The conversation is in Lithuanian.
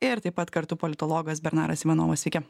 ir taip pat kartu politologas bernaras ivanovas sveiki